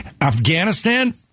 Afghanistan